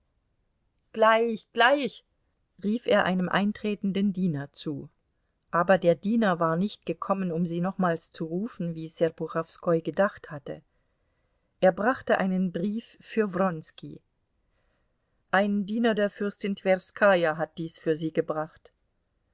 gleich gleich rief er einem eintretenden diener zu aber der diener war nicht gekommen um sie nochmals zu rufen wie serpuchowskoi gedacht hatte er brachte einen brief für wronski ein diener der fürstin twerskaja hat dies für sie gebracht